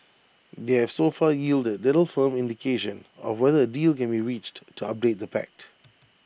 they have so far yielded little firm indication of whether A deal can be reached to update the pact